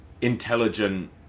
intelligent